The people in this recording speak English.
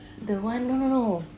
the one no no no